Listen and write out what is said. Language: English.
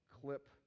clip